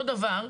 אותו דבר,